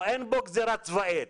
אין בו גזירה צבאית,